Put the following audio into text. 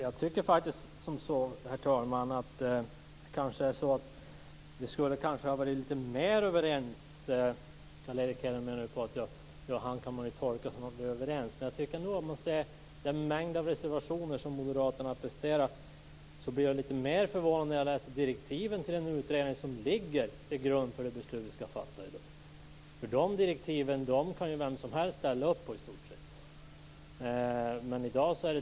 Herr talman! Carl Erik Hedlund menade att vi är överens, men jag tycker nog att det för detta skulle krävas att vi är ännu mer överens. Den mängd reservationer som moderaterna presterat är förvånande med tanke på direktiven till den utredning som ligger till grund för de beslut som vi skall fatta i dag. De direktiven kan ju i stort sett alla ställa sig bakom.